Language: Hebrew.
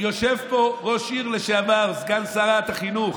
יושב פה ראש עיר לשעבר, סגן שרת החינוך.